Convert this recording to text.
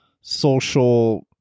social